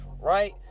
right